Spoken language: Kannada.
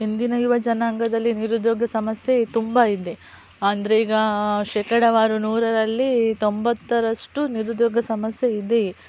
ಇಂದಿನ ಯುವ ಜನಾಂಗದಲ್ಲಿ ನಿರುದ್ಯೋಗ ಸಮಸ್ಯೆ ತುಂಬಾ ಇದೆ ಅಂದರೆ ಈಗ ಶೇಕಡವಾರು ನೂರರಲ್ಲಿ ತೊಂಬತ್ತರಷ್ಟು ನಿರುದ್ಯೋಗ ಸಮಸ್ಯೆ ಇದೆ